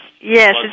Yes